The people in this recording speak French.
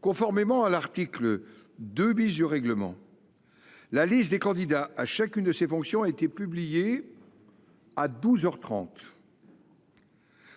Conformément à l’article 2 du règlement, la liste des candidats à chacune de ces fonctions a été publiée à douze heures trente.